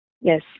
Yes